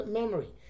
memory